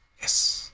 yes